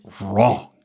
wrong